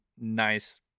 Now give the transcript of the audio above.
nice